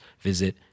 visit